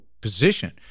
position